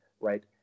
right